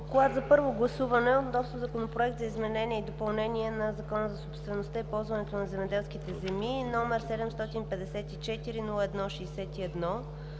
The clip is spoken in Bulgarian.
на първо гласуване Законопроект за изменение и допълнение на Закона за собствеността и ползването на земеделските земи № 754-01-52,